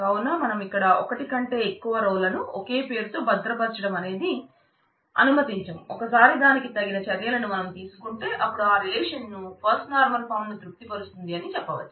కావున మనం ఇక్కడ ఒకటి కంటే ఎక్కువ రో లను ఒకే పేరు తో భద్రపరచడం అనేది మనం అనుమతించం ఒక సారి దానికి తగిన చర్యలను మనం తీసుకుంటే అపుడు ఆ రిలేషన్ను ఫస్ట్ నార్మల్ ఫాం ను తృప్తి పరుస్తుంది అని చెప్పవచ్చు